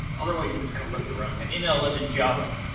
otherwise you just kind of wrote your own. an mllib is java.